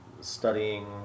studying